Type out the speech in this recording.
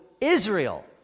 Israel